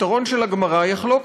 הפתרון של הגמרא, יחלוקו.